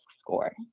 score